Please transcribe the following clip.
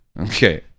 Okay